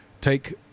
take